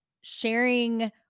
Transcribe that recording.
sharing